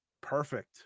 perfect